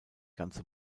ganze